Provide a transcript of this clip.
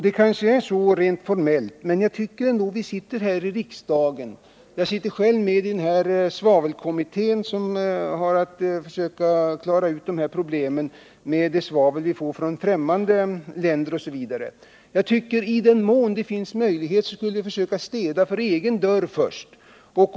Det kanske är så rent formellt, men jag sitter med i den s.k. svavelkommittén, som har att klara ut problemen med det svavel vi får från ffrämmande länder och liknande frågor, och med tanke på detta tycker jag att vi här i riksdagen borde se till att vi städar framför egen dörr innan vi diskuterar föroreningar från andra länder.